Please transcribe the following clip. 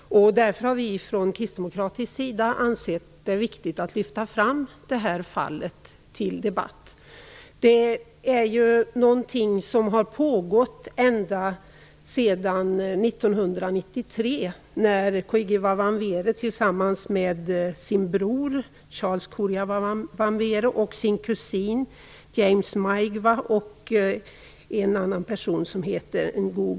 Därför har vi från kristdemokratisk sida ansett det viktigt att lyfta fram detta fall till debatt. Fallet har varit aktuellt ända sedan 1993, då Koigi Kuria Wamwere, och sin kusin, James Maigwa, och en annan person vid namn G.